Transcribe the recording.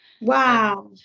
Wow